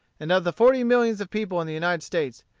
and of the forty millions of people in the united states,